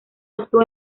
actuó